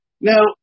Now